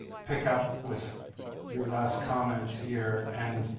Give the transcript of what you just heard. pick up with your last comment here, and